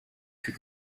fut